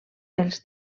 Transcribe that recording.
els